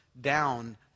down